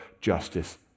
justice